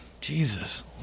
jesus